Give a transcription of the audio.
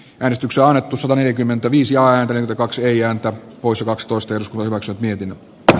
cardoso oli tuusula neljäkymmentäviisi ääntä kaksi ääntä uusi vastuusta jos voivansa viipymättä